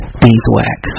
beeswax